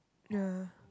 ya